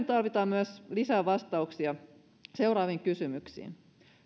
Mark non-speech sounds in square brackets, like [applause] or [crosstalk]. [unintelligible] tarvitaan myös lisää vastauksia seuraaviin kysymyksiin